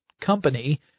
company